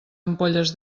ampolles